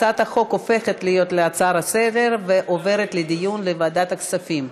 הצעת החוק הופכת להיות הצעה לסדר-היום ועוברת לדיון בוועדת הכספים.